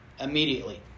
immediately